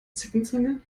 zeckenzange